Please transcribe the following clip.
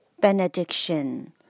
benediction